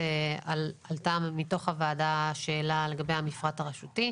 עלתה מתוך הוועדה שאלה לגבי המפרט הרשותי.